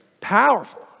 Powerful